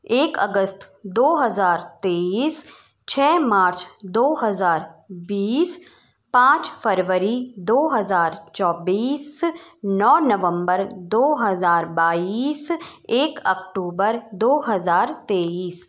एक अगस्त दो हज़ार तेईस छः मार्च दो हज़ार बीस पाँच फ़रवरी दो हज़ार चौबीस नौ नवम्बर दो हज़ार बाईस एक अक्टूबर दो हज़ार तेईस